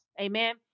Amen